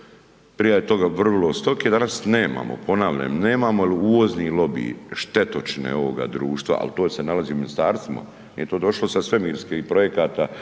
je toga vrvilo od stoke, danas nemamo, ponavljam nemamo jer uvozni lobiji štetočine ovoga društva al to se nalazi u ministarstvima, nije to došlo sa svemirskih projekata